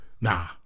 nah